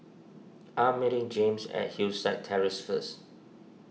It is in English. I am meeting James at Hillside Terrace first